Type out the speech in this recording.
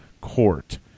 court